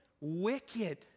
wicked